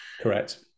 correct